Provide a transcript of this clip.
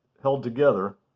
held together.